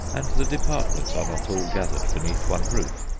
and the departments are not all gathered beneath one roof.